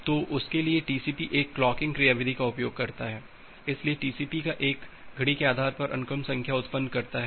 तो उसके लिए टीसीपी एक क्लॉकिंग क्रियाविधि का उपयोग करता है इसलिए टीसीपी एक घड़ी के आधार पर अनुक्रम संख्या उत्पन्न करता है